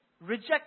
Reject